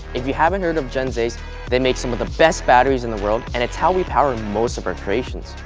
if you haven't heard of gens ace they make some of the best batteries in the world and it's how we power most of our creations.